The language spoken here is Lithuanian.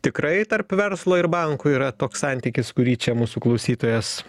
tikrai tarp verslo ir bankų yra toks santykis kurį čia mūsų klausytojas